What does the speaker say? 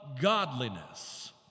godliness